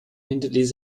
hinterließ